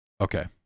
Okay